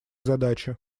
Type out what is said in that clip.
задачи